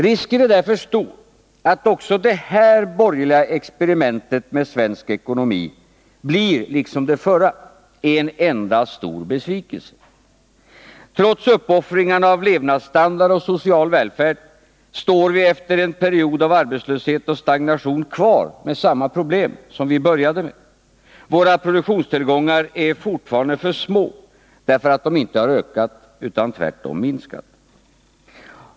Risken är därför stor att också detta borgerliga experiment med svensk ekonomi blir, liksom det förra, en enda stor besvikelse. Trots uppoffringarna av levnadsstandard och social välfärd står vi efter en period av arbetslöshet och stagnation kvar med samma problem som vi började med — våra produktionstillgångar är fortfarande för små därför att de inte har ökat utan tvärtom minskat.